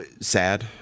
sad